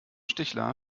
stichler